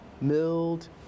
milled